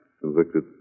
Convicted